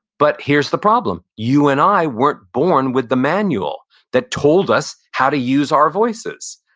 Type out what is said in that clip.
but here's the problem. you and i weren't born with the manual that told us how to use our voices.